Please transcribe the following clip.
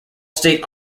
state